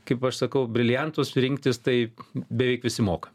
kaip aš sakau briliantus rinktis tai beveik visi moka